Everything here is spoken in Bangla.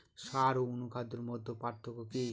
সার ও অনুখাদ্যের মধ্যে পার্থক্য কি?